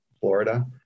Florida